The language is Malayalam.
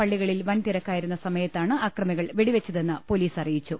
പള്ളികളിൽ വൻ തിരക്കായിരുന്ന സമയത്താണ് അക്രമികൾ വെടിവെച്ച തെന്ന് പൊലീസ് അറിയിച്ചു